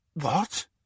What